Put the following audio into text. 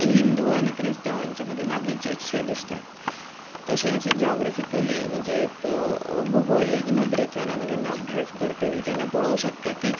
हिंदू आनी क्रिस्तांवांच्या मदीं लागींचेतशे दिसतात तशेंच जॉग्रफिकली म्हणजे भुगोलीक नदरेंतल्यान आमी जेन्ना अभ्यास करतलीं तेन्ना पळोवं शकता की